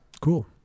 Cool